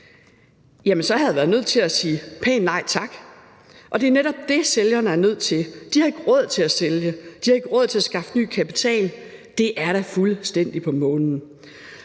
senere. Så havde jeg været nødt til at sige pænt nej tak. Det er netop det, som sælgerne er nødt til. De har ikke råd til at sælge. De har ikke råd til at skaffe ny kapital. Det er da fuldstændig på månen.